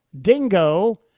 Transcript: Dingo